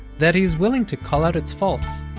that he is willing to call out its faults,